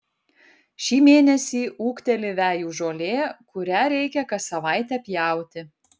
šį mėnesį ūgteli vejų žolė kurią reikia kas savaitę pjauti